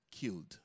killed